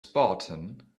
spartan